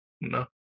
No